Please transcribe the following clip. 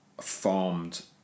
farmed